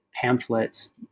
pamphlets